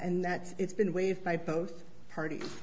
and that it's been waived by both parties